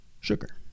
sugar